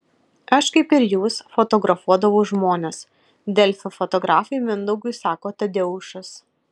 aš kaip ir jūs fotografuodavau žmones delfi fotografui mindaugui sako tadeušas